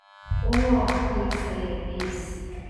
o kaip zajabys